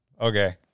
Okay